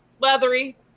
leathery